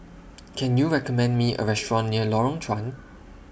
Can YOU recommend Me A Restaurant near Lorong Chuan